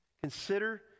Consider